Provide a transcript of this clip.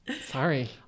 Sorry